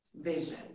vision